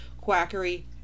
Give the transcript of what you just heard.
quackery